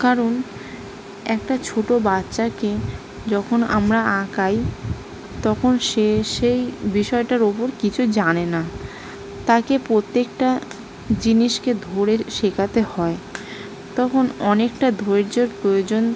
কারণ একটা ছোটো বাচ্চাকে যখন আমরা আঁকাই তখন সে সেই বিষয়টার ওপর কিছু জানে না তাকে প্রত্যেকটা জিনিসকে ধরে শেখাতে হয় তখন অনেকটা ধৈর্যর প্রয়োজন